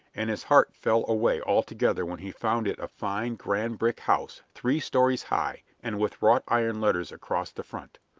and his heart fell away altogether when he found it a fine, grand brick house, three stories high, and with wrought-iron letters across the front.